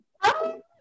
Hi